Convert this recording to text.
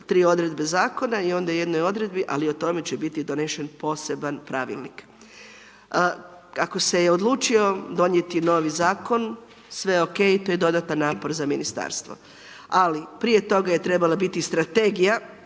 tri odredbe Zakona i onda u jednoj odredbi, ali o tome će biti donesen poseban pravilnik. Ako se je odlučio donijeti novi Zakon, sve OK, to je dodatan napor za Ministarstvo. Ali, prije toga je trebala biti strategija,